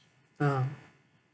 ah